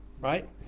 right